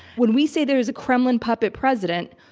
when we say there is a kremlin puppet president,